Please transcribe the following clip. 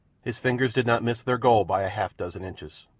his fingers did not miss their goal by a half-dozen inches.